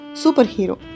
superhero